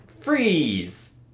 freeze